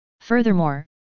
Furthermore